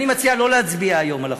אני מציע לא להצביע היום על החוק.